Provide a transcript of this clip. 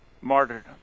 martyrdom